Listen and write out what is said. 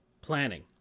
planning